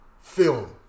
film